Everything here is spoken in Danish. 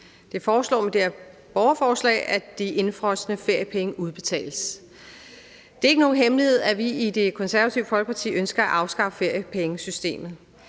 Det foreslås med det her borgerforslag, at de indefrosne feriepenge udbetales. Det er ikke nogen hemmelighed, at vi i Det Konservative Folkeparti ønsker at afskaffe feriepengesystemet.